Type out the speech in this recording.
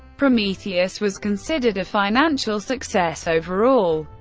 prometheus was considered a financial success overall.